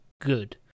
good